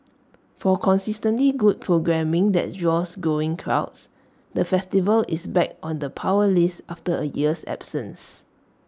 for consistently good programming that draws growing crowds the festival is back on the power list after A year's absence